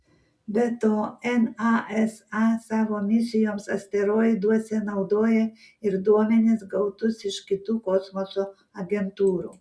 be to nasa savo misijoms asteroiduose naudoja ir duomenis gautus iš kitų kosmoso agentūrų